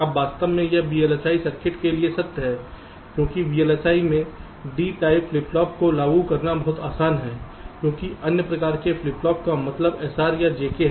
अब वास्तव में यह VLSI सर्किट के लिए सत्य है क्योंकि VLSI में D टाइप फ्लिप फ्लॉप को लागू करना बहुत आसान है क्योंकि अन्य प्रकार के फ्लिप फ्लॉप का मतलब SR या JK है